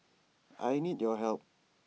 I need your help